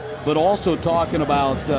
but also talking about,